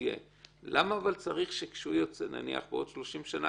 למה צריך כשהוא יוצא בעוד 30 שנה